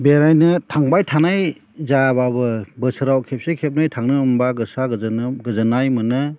बेरायनो थांबाय थानाय जायाबाबो बोसोराव खेबसे खेबनै थांनो मोनबा गोसोआ गोजोनो गोजोननाय मोनो